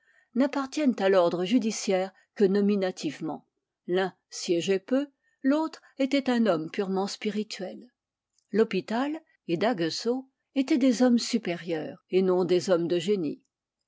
n'appartiennent à l'ordre judiciaire que nominativement l'un siégeait peu l'autre est un homme purement spirituel l'hôpital et d'aguesseau étaient des hommes supérieurs et non des hommes de génie